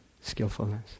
skillfulness